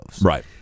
right